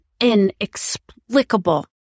inexplicable